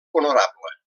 honorable